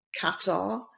qatar